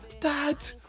dad